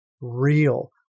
real